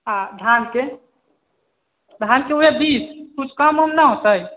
आ धानके धानके उएह बीस किछु कम उम नहि होतै